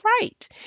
right